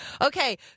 Okay